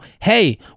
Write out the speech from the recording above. Hey